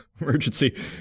emergency